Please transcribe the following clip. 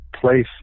place